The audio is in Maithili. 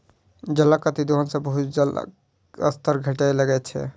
जलक अतिदोहन सॅ भूजलक स्तर घटय लगैत छै